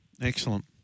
excellent